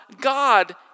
God